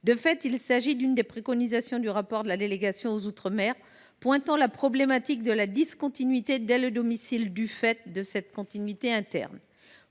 De fait, il s’agit de l’une des préconisations du rapport intitulé, dans lequel la délégation aux outre mer pointe la problématique de la discontinuité dès le domicile du fait de cette continuité interne